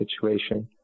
situation